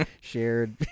shared